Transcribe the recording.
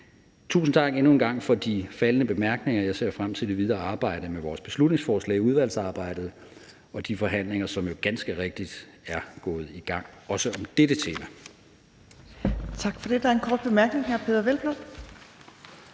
Tusind tak endnu en gang for de faldne bemærkninger. Jeg ser frem til det videre arbejde med vores beslutningsforslag i udvalgsarbejdet og de forhandlinger, som jo ganske rigtigt er gået i gang, også om dette tema. Kl. 18:45 Tredje næstformand (Trine Torp):